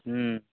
ह्म्म